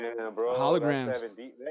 holograms